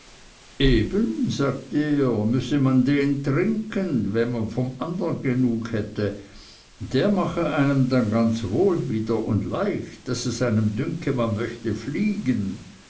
eben sagte er müsse man den trinken wenn man vom andern genug hätte der mache einem dann ganz wohl wieder und leicht daß es einem dünke man möchte fliegen